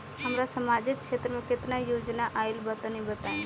हमरा समाजिक क्षेत्र में केतना योजना आइल बा तनि बताईं?